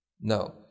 No